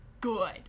good